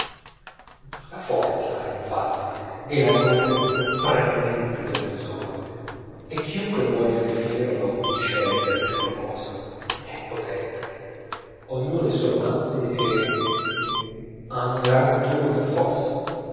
forza infatti è la dote preminente dello zola e chiunque voglia definirlo dice per prima cosa è potente ognuno dei suoi romanzi è un grand tour de force